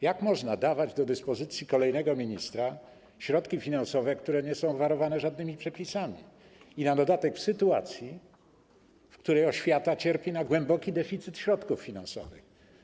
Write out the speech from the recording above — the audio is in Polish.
Jak można dawać do dyspozycji kolejnego ministra środki finansowe, które nie są obwarowane żadnymi przepisami, na dodatek w sytuacji, w której oświata cierpi na głęboki deficyt środków finansowych?